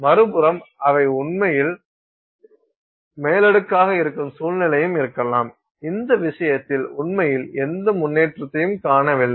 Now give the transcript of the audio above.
மறுபுறம் அவை உண்மையில் மேலடுக்காக இருக்கும் சூழ்நிலையும் இருக்கலாம் இந்த விஷயத்தில் உண்மையில் எந்த முன்னேற்றத்தையும் காணவில்லை